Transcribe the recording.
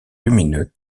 lumineux